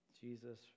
Jesus